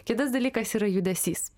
kitas dalykas yra judesys